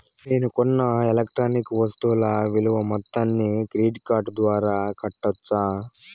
నేను కొన్న ఎలక్ట్రానిక్ వస్తువుల విలువ మొత్తాన్ని క్రెడిట్ కార్డు ద్వారా కట్టొచ్చా?